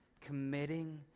committing